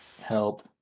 help